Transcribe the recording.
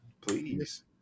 Please